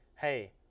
hey